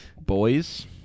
Boys